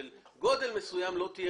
של גודל מסוים לא תהיה